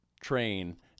train